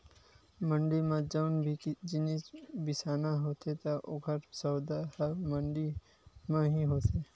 मंड़ी म जउन भी जिनिस बिसाना होथे त ओकर सौदा ह मंडी म ही होथे